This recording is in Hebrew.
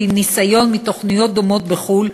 ועם ניסיון מתוכניות דומות בחו"ל,